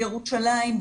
ירושלים,